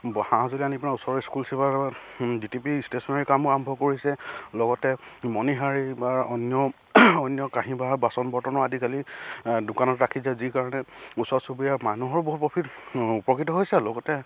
সা সঁজুলি আনি পেলাই ওচৰৰ স্কুল ডি টি পি ষ্টেচনেৰীৰ কামো আৰম্ভ কৰিছে লগতে মণিহাৰী বা অন্য অন্য কাঁহী বা বাচন বৰ্তনো আজিকালি দোকানত ৰাখিছে যি কাৰণে ওচৰ চুবুৰীয়া মানুহৰো বহুত প্ৰফিট উপকৃত হৈছে লগতে